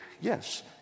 yes